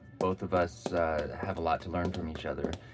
both of us have a lot to learn from each other.